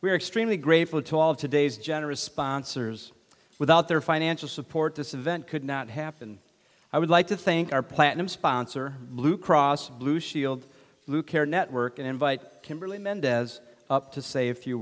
are extremely grateful to all of today's generous sponsors without their financial support this event could not happen i would like to thank our platinum sponsor blue cross blue shield blue care network and invite kimberly mendez up to say a few